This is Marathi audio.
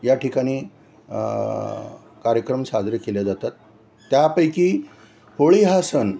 या ठिकाणी कार्यक्रम साजरे केले जातात त्यापैकी होळी हा सण